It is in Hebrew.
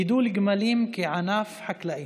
גידול גמלים כענף חקלאי.